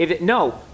No